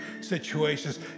situations